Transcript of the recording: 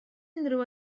unrhyw